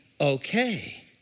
okay